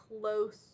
close